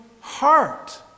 heart